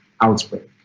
outbreak